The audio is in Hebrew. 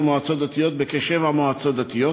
מועצות דתיות בכשבע מועצות דתיות,